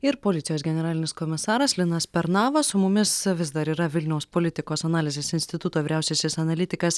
ir policijos generalinis komisaras linas pernavas su mumis vis dar yra vilniaus politikos analizės instituto vyriausiasis analitikas